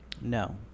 No